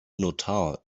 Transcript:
notar